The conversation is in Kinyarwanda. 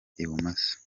ibumoso